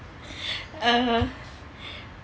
uh